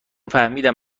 فهمیدم